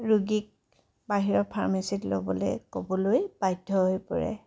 ৰোগীক বাহিৰৰ ফাৰ্মাচীত ল'বলৈ ক'বলৈ বাধ্য হৈ পৰে